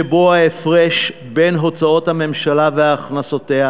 שבו ההפרש בין הוצאות הממשלה והכנסותיה